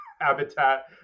habitat